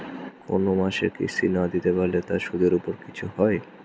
কোন মাসের কিস্তি না দিতে পারলে তার সুদের উপর কিছু হয়?